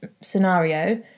scenario